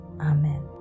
Amen